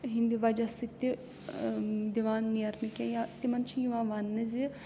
ہِنٛدِ وجہ سۭتۍ تہِ دِوان نیرنہٕ کیٚنٛہہ یا تِمَن چھِ یِوان وَنٛنہٕ زِ